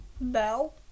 Bell